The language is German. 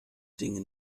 dinge